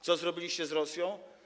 Co zrobiliście z Rosją?